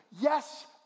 Yes